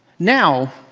now,